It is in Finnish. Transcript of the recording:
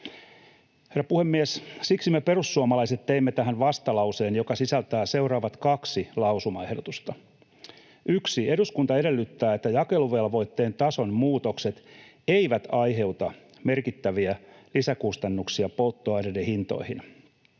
Herra puhemies! Siksi me perussuomalaiset teimme tähän vastalauseen, joka sisältää seuraavat kaksi lausumaehdotusta: ”1. Eduskunta edellyttää, että jakeluvelvoitteen tason muutokset eivät aiheuta merkittäviä lisäkustannuksia polttoaineiden hintoihin.